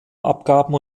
abgaben